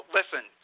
listen